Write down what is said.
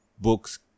books